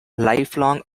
lifelong